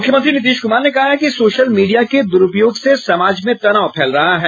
मुख्यमंत्री नीतीश कुमार ने कहा है कि सोशल मीडिया के द्रूपयोग से समाज में तनाव फैल रहा है